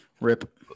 Rip